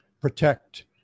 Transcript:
protect